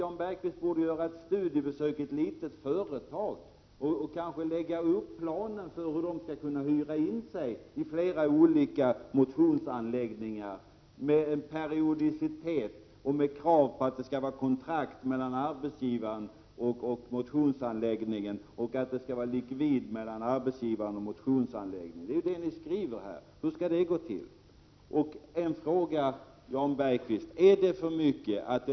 Jan Bergqvist borde göra ett studiebesök på ett litet företag och försöka lägga upp en plan för hur de skall kunna hyra in sig på flera olika motionsanläggningar med en periodicitet och krav på att det skall vara kontrakt mellan arbetsgivaren och motionsanläggningen och likvid från arbetsgivaren till motionsanläggningen. Det är ju så ni skriver att det skall vara, men hur skall det gå till?